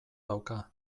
dauka